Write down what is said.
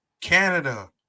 Canada